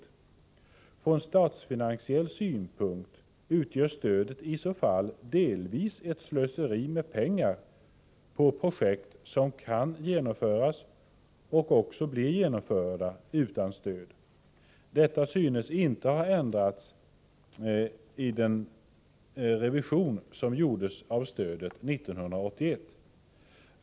Från statsfinansiell synpunkt utgör stödet i så fall delvis ett slöseri med pengar på projekt som kan genomföras — och också blir genomförda — utan stöd. Detta synes inte ha ändrats i den revision som gjordes av stödet 1981.